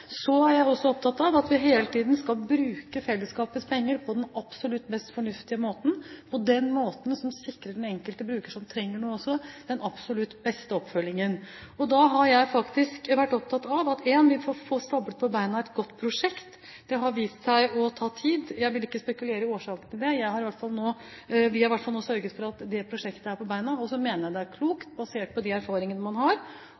er også opptatt av at vi hele tiden skal bruke fellesskapets penger på den absolutt mest fornuftige måten – på den måten som sikrer den enkelte bruker som trenger det, den absolutt beste oppfølgingen. Jeg har vært opptatt av at vi må få stablet et godt prosjekt på beina. Det har vist seg å ta tid. Jeg vil ikke spekulere i årsakene til det, men vi har i hvert fall sørget for at det prosjektet er på beina nå. Og så mener jeg det er klokt, basert på de erfaringene man har,